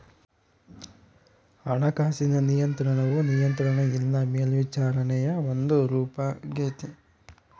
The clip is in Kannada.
ಹಣಕಾಸಿನ ನಿಯಂತ್ರಣವು ನಿಯಂತ್ರಣ ಇಲ್ಲ ಮೇಲ್ವಿಚಾರಣೆಯ ಒಂದು ರೂಪಾಗೆತೆ